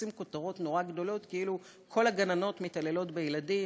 תופסים כותרות נורא גדולות כאילו כל הגננות מתעללות בילדים,